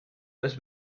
was